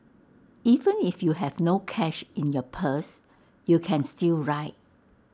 even if you have no cash in your purse you can still ride